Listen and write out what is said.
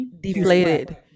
deflated